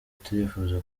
turifuza